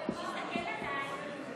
חברי הכנסת,